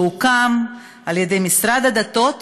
שהוקם על-ידי משרד הדתות